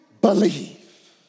believe